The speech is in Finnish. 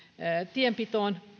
tienpitoon